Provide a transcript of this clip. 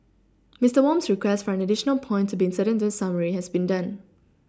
Mister Wham's request for an additional point to be inserted into the summary has been done